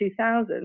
2000